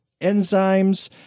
enzymes